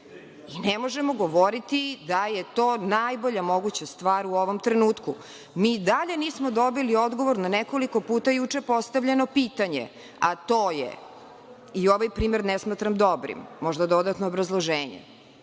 Ne možemo govoriti da je to najbolja moguća stvar u ovom trenutku. Mi i dalje nismo dobili odgovor na nekoliko puta juče postavljeno pitanje, a to je, i ovaj primer ne smatram dobrim, možda dodatno obrazloženje